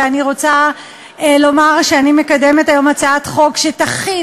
ואני רוצה לומר שאני מקדמת היום הצעת חוק שתחיל